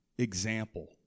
Example